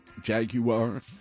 Jaguar